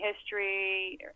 history